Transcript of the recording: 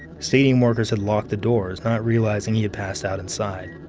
stadium workers had locked the doors, not realizing he had passed out inside.